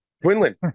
Quinlan